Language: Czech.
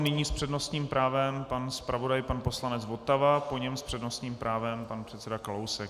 Nyní s přednostním právem pan zpravodaj pan poslanec Votava, po něm s přednostním právem pan předseda Kalousek.